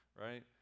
right